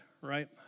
right